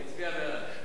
היא הצביעה בעד.